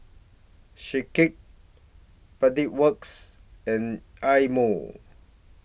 Schick Pedal Works and Eye Mo